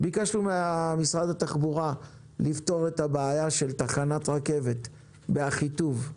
ביקשנו ממשרד התחבורה לפתור את הבעיה של תחנת רכבת באחיטוב,